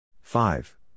Five